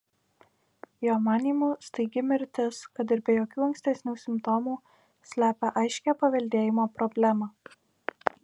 jo manymu staigi mirtis kad ir be jokių ankstesnių simptomų slepia aiškią paveldėjimo problemą